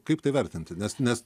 kaip tai vertinti nes nes